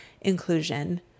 inclusion